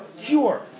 cure